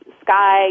sky